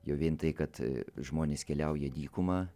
jau vien tai kad žmonės keliauja dykuma